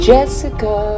Jessica